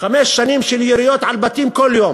חמש שנים של יריות על בתים כל יום,